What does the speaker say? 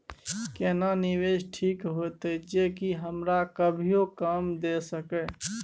केना निवेश ठीक होते जे की हमरा कभियो काम दय सके?